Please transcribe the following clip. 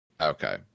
Okay